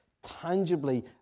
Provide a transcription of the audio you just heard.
tangibly